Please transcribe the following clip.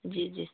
जी जी